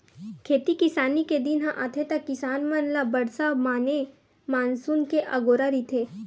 खेती किसानी के दिन ह आथे त किसान मन ल बरसा माने मानसून के अगोरा रहिथे